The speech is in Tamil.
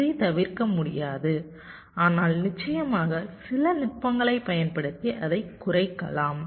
இதைத் தவிர்க்க முடியாது ஆனால் நிச்சயமாக சில நுட்பங்களைப் பயன்படுத்தி அதைக் குறைக்கலாம்